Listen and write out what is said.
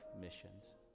missions